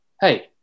Hey